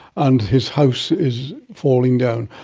and his house is falling down.